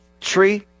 tree